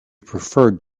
preferred